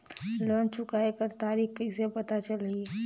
Loan चुकाय कर तारीक कइसे पता चलही?